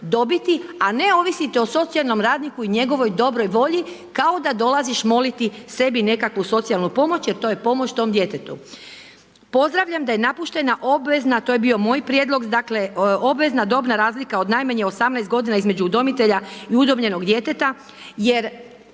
dobiti, a ne ovisiti o socijalnom radniku i njegovoj dobroj volji, kao da dolaziš moliti sebi nekakvu socijalnu pomoć jer to je pomoć tome djetetu. Pozdravljam da je napuštena obvezna, to je bio moj prijedlog, dakle, obvezna dobna razlika od najmanje 18 godina između udomitelja i udomljenog djeteta jer